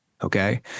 Okay